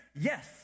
Yes